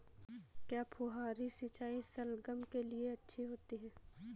क्या फुहारी सिंचाई शलगम के लिए अच्छी होती है?